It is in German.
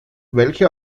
welche